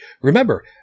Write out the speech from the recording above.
Remember